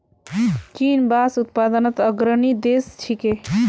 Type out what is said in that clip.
चीन बांस उत्पादनत अग्रणी देश छिके